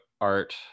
art